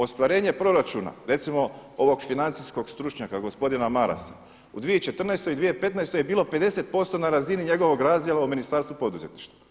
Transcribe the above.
Ostvarenje proračuna, recimo ovog financijskog stručnjaka gospodina Marasa u 2014. i 2015. je bilo 50% na razini njegovog razdjela u Ministarstvu poduzetništva.